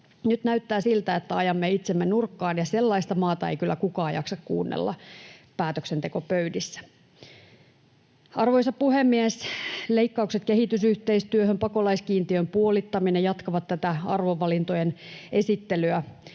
Nyt näyttää siltä, että ajamme itsemme nurkkaan, ja sellaista maata ei kyllä kukaan jaksa kuunnella päätöksentekopöydissä. Arvoisa puhemies! Leikkaukset kehitysyhteistyöhön ja pakolaiskiintiön puolittaminen jatkavat tätä arvovalintojen esittelyä.